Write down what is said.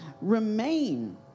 remain